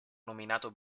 nominato